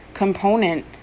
component